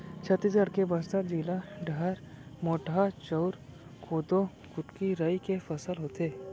छत्तीसगढ़ के बस्तर जिला डहर मोटहा चाँउर, कोदो, कुटकी, राई के फसल होथे